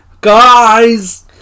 Guys